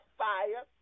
fire